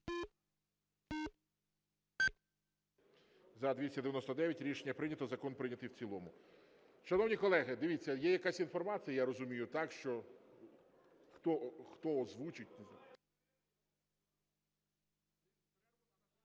За-299 Рішення прийнято. Закон прийнятий в цілому. Шановні колеги, дивіться, є якась інформація, я розумію, так, що... Хто озвучить?